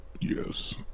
Yes